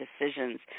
decisions